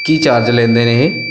ਕੀ charge ਲੈਂਦੇ ਨੇ ਇਹ